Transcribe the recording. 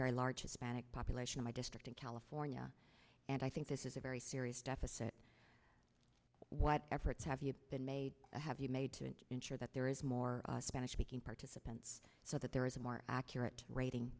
very large hispanic population in my district in california and i think this is a very serious deficit what efforts have you been made to have made to ensure that there is more spanish speaking participants so that there is a more accurate rating